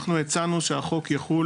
אנחנו הצענו שהחוק יחול